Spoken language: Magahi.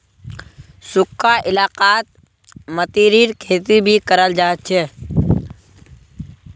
सुखखा इलाकात मतीरीर खेती भी कराल जा छे